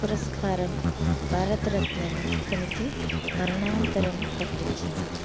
పురస్కారం భారతరత్నను ఇతనికి మరణాంతరం ప్రకటించింది